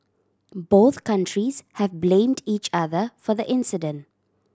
both countries have blamed each other for the incident